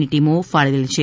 ની ટીમો ફાળવેલ છે